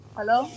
Hello